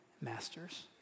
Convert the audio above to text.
masters